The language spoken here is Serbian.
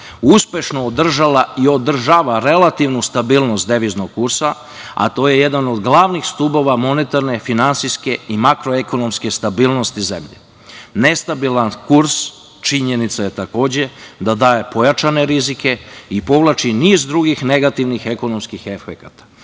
uspešno održala i održava relativnu stabilnost deviznog kursa, a to je jedan od glavnih stubova monetarne, finansijske i makroekonomske stabilnosti zemlje. Nestabilan kurs, činjenica je takođe, daje pojačane rizike i povlači niz drugih negativnih ekonomskih efekata.